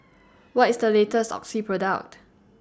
What IS The latest Oxy Product